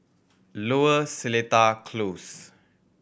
Lower Seletar Close